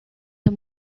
the